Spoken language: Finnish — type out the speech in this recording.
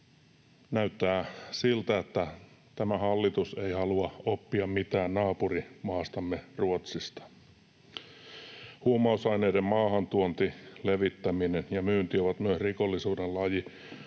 Näyttää siltä, että tämä hallitus ei halua oppia mitään naapurimaastamme Ruotsista. Huumausaineiden maahantuonti, levittäminen ja myynti ovat myös rikollisuuden laji,